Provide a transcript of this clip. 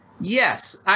Yes